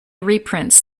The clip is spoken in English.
reprints